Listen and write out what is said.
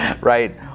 right